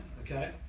okay